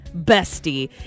Bestie